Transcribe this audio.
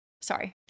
sorry